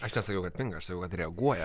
aš nesakiau kad pinga aš sakiau kad reaguoja